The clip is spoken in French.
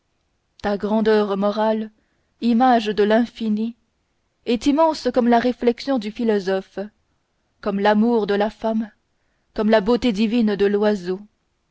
ta grandeur morale image de l'infini est immense comme la réflexion du philosophe comme l'amour de la femme comme la beauté divine de l'oiseau